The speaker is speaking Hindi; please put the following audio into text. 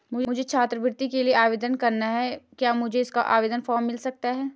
मुझे छात्रवृत्ति के लिए आवेदन करना है क्या मुझे इसका आवेदन फॉर्म मिल सकता है?